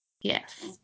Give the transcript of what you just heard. Yes